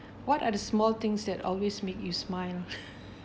what are the small things that always make you smile